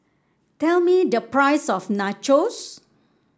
tell me the price of Nachos